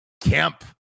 Camp